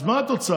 אז מה התוצאה?